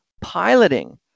piloting